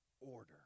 order